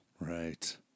Right